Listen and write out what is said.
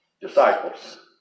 Disciples